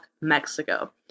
Mexico